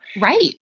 Right